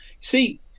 see